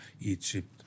Egypt